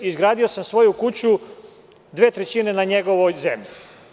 Izgradio sam svoju kuću dve trećine na njegovoj zemlji.